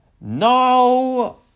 No